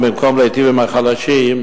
במקום להיטיב עם החלשים,